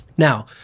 Now